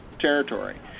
territory